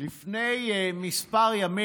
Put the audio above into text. לפני כמה ימים